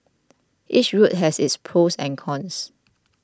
each route has its pros and cons